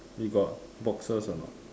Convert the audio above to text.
you got boxes or not